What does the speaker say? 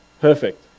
perfect